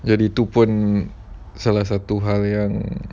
jadi itu pun salah satu hal yang